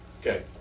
Okay